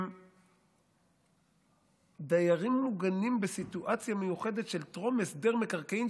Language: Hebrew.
הם דיירים מוגנים בסיטואציה מיוחדת של טרום הסדר מקרקעין,